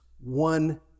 one